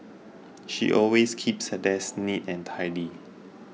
she always keeps her desk neat and tidy